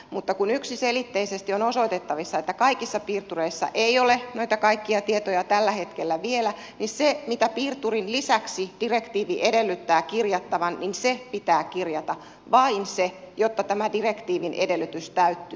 mutta kun yksiselitteisesti on osoitettavissa että kaikissa piirtureissa ei ole noita kaikkia tietoja tällä hetkellä vielä niin se mitä piirturin lisäksi direktiivi edellyttää kirjattavan se pitää kirjata vain se jotta tämä direktiivin edellytys täyttyy